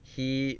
he